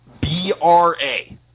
B-R-A